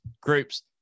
groups